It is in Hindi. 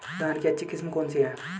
धान की अच्छी किस्म कौन सी है?